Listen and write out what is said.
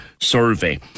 survey